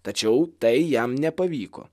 tačiau tai jam nepavyko